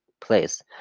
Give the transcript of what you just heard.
place